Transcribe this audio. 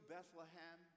Bethlehem